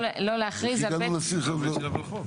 לא להכריז על בית חולים --- הגענו לסעיף --- זה מה שבחוק,